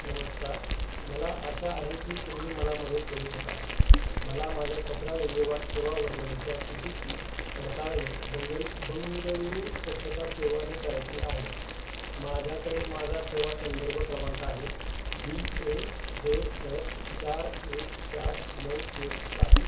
नमस्कार मला आशा आहे की तुम्ही मला मदत करू शकाल मला माझ्या कचरा विल्हेवाट सेवा वर्गणीच्या स्थितीची पडताळणी बंगल् बेंगळुरू स्वच्छता सेवाने करायची आहे माझ्याकडे माझा सेवा संदर्भ क्रमांक आहे डी ए जेड एफ चार एक चार नऊ तीन सात